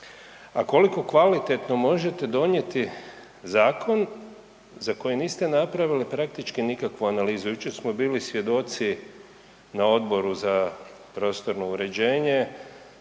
a koliko kvalitetno možete donijeti zakon za koji niste napravili praktički nikakvu analizu. Jučer smo bili svjedoci na Odboru za prostorno uređenje